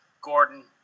Gordon